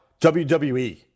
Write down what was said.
WWE